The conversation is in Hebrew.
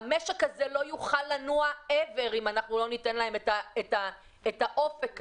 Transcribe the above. המשק הזה לא יוכל לנוע לעולם אם לא ניתן להם את האופק הזה.